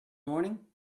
morning